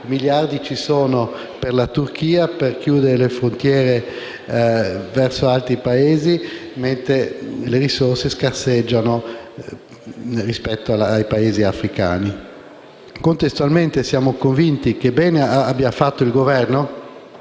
miliardi ci siano per la Turchia, per chiudere le frontiere negli altri Paesi, mentre le risorse scarseggiano per i Paesi africani. Contestualmente, siamo convinti che bene abbia fatto il Governo